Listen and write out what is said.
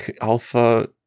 Alpha